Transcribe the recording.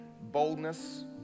boldness